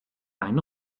einen